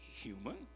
human